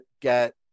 get